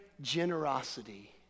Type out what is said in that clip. generosity